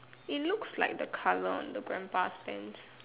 it looks like the color on the grandpa's pants